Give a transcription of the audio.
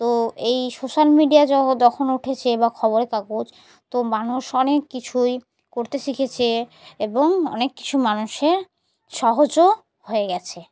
তো এই social media যখন উঠেছে বা খবর কাগজ তো মানুষ অনেক কিছুই করতে শিখেছে এবং অনেক কিছু মানুষের সহজও হয়ে গেছে